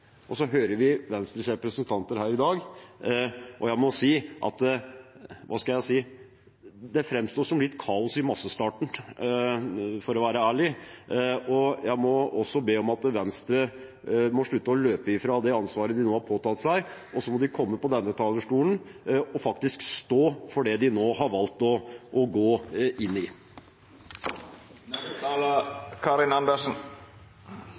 vi hører Venstres representanter her i dag, må jeg si at det framstår litt som kaos i massestarten, for å være ærlig. Jeg må også be om at Venstre slutter å løpe fra det ansvaret de nå har påtatt seg, og kommer opp på denne talerstolen og faktisk står for det de nå har valgt å gå inn i.